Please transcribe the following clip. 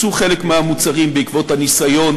בייצוא חלק מהמוצרים בעקבות הניסיון